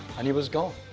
and he was gone.